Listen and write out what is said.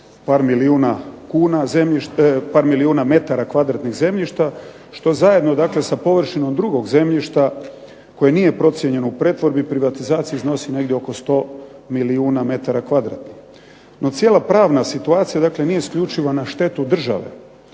par milijuna metara kvadratnih zemljišta što zajedno dakle sa površinom drugog zemljišta koje nije procijenjeno u pretvorbi i privatizaciji iznosi negdje oko 100 milijuna metara kvadratnih. No, cijela pravna situacija, dakle nije isključivo na štetu države